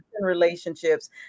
relationships